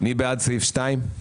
מי בעד סעיף 2?